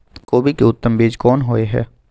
कोबी के उत्तम बीज कोन होय है?